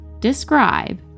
Describe